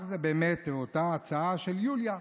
זאת אותה הצעה של יוליה.